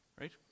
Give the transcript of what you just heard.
right